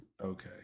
okay